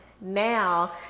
now